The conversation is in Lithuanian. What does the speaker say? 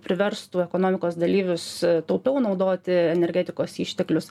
priverstų ekonomikos dalyvius taupiau naudoti energetikos išteklius